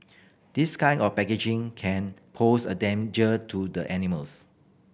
this kind of packaging can pose a danger to the animals